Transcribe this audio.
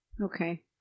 Okay